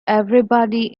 everybody